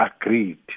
agreed